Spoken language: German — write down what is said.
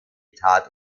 tat